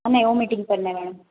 नाही ओमेटिंग पण ना मॅडम